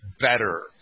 better